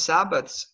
Sabbaths